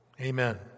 Amen